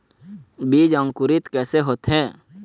बीज अंकुरित कैसे होथे?